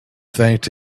thanked